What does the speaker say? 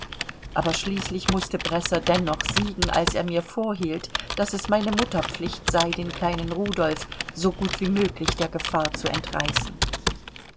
aber schließlich mußte bresser dennoch siegen als er mir vorhielt daß es meine mutterpflicht sei den kleinen rudolf so gut wie möglich der gefahr zu entreißen